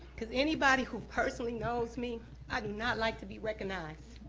cause anybody who personally knows me, i do not like to be recognized.